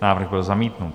Návrh byl zamítnut.